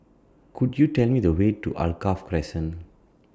Could YOU Tell Me The Way to Alkaff Crescent